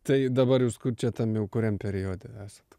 tai dabar jūs kur čia tam jau kuriam periode esat